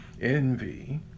envy